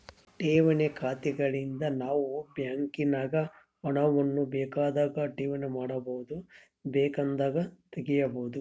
ಠೇವಣಿ ಖಾತೆಗಳಿಂದ ನಾವು ಬ್ಯಾಂಕಿನಾಗ ಹಣವನ್ನು ಬೇಕಾದಾಗ ಠೇವಣಿ ಮಾಡಬಹುದು, ಬೇಕೆಂದಾಗ ತೆಗೆಯಬಹುದು